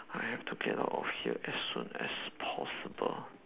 I have to get out of here as soon as possible